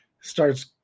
Starts